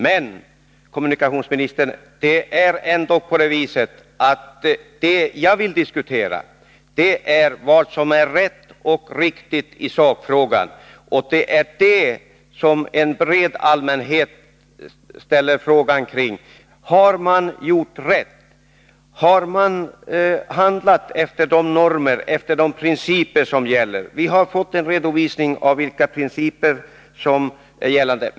Men, herr kommunikationsminister, vad jag vill diskutera är vad som är rätt och riktigt i sakfrågan. Det är med anledning av detta som en bred allmänhet ställer frågan: Har man gjort rätt, har man handlat enligt de normer och principer som gäller? Vi har fått en redovisning av vilka principer som gäller.